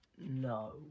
No